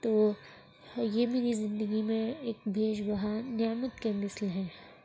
تو یہ میری زندگی میں ایک بیش بہا نعمت کے مثل ہے